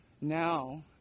now